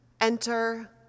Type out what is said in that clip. Enter